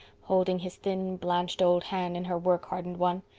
holding his thin, blanched old hand in her work-hardened one.